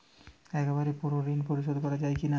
একবারে পুরো ঋণ পরিশোধ করা যায় কি না?